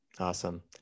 Awesome